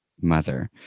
mother